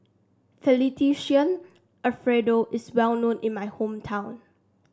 Fettuccine Alfredo is well known in my hometown